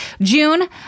June